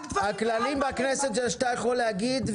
הכללים בכנסת שאתה יכול להגיד,